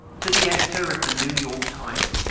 to the editor of the new york times